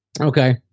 Okay